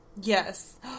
Yes